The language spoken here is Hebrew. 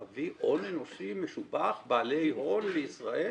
להביא הון אנושי משובח, בעלי הון לישראל?